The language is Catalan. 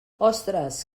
ostres